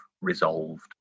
resolved